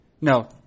No